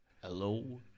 Hello